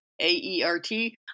A-E-R-T